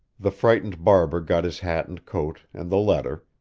the frightened barber got his hat and coat and the letter,